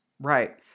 Right